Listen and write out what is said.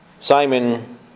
Simon